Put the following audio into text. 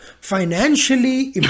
financially